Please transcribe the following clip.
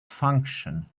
function